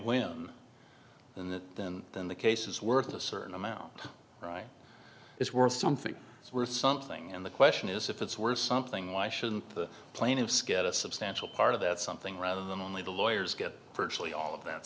win in that then then the case is worth a certain amount right is worth something is worth something and the question is if it's worth something why shouldn't the plane of skid a substantial part of that something rather than only the lawyers get virtually all of that